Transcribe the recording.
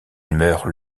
meurt